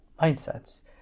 mindsets